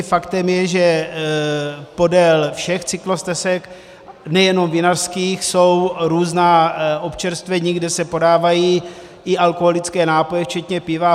Faktem je, že podél všech cyklostezek, nejenom vinařských, jsou různá občerstvení, kde se podávají i alkoholické nápoje včetně piva.